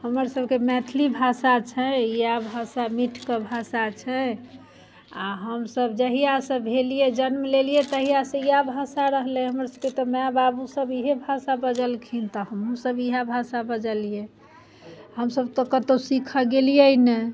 हमर सभकेँ मैथिली भाषा छै इएह भाषा मिठका भाषा छै आ हम सभ जहिआसँ भेलियै जन्म लेलियै तहिआसँ इएह भाषा रहलै हमर सभकेँ तऽ माय बाबू सभ इएह भाषा बजलखिन तऽ हमहुँ सभ इएह भाषा बजलियै हम सभ तऽ कतहुँ सिखऽ गेलिये नहि